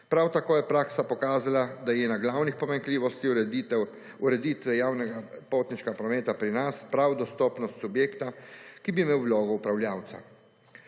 Prav tako je praksa pokazala, da je ena glavnih pomanjkljivosti ureditve javnega potniškega prometa pri nas prav dostopnost subjekta, ki bi imel vlogo upravljavca.